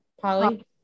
polly